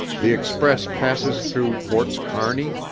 the express passes through forts kearney,